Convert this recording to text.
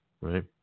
Right